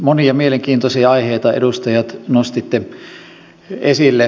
monia mielenkiintoisia aiheita edustajat nostitte esille